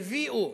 הביאו,